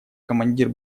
командир